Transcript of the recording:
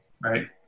right